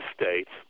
states